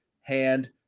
hand